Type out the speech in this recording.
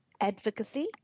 advocacy